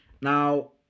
Now